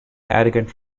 arrogant